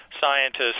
scientists